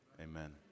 amen